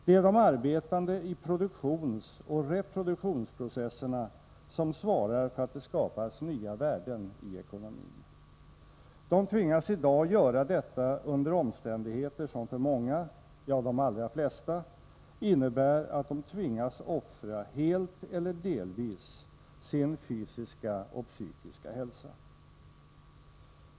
Det är de arbetande i produktionsoch reproduktionsprocesserna som svarar för att det skapas nya värden i ekonomin. De tvingas i dag göra detta under omständigheter som för många, ja de allra flesta innebär att de måste offra, helt eller delvis, sin fysiska och psykiska hälsa.